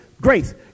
grace